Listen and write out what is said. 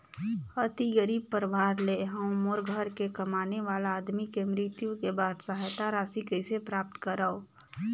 अति गरीब परवार ले हवं मोर घर के कमाने वाला आदमी के मृत्यु के बाद सहायता राशि कइसे प्राप्त करव?